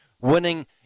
winning